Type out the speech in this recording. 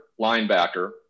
linebacker